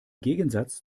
gegensatz